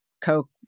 Coke